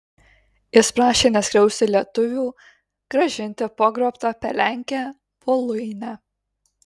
jis prašė neskriausti lietuvių grąžinti pagrobtą palenkę voluinę